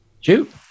Shoot